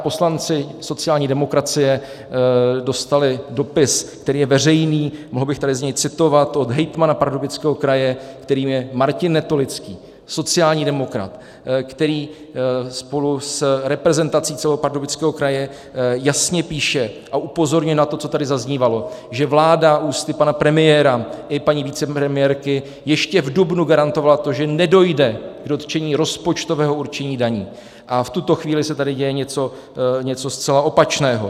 Poslanci sociální demokracie dostali dopis, který je veřejný, mohl bych tady z něj citovat, od hejtmana Pardubického kraje, kterým je Martin Netolický sociální demokrat , který spolu s reprezentací celého Pardubického kraje jasně píše a upozorňuje na to, co tady zaznívalo, že vláda ústy pana premiéra i paní vicepremiérky ještě v dubnu garantovala to, že nedojde k dotčení rozpočtového určení daní, a v tuto chvíli se tady děje něco zcela opačného.